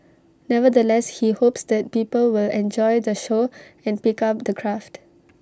nevertheless he hopes that people will enjoy the show and pick up the craft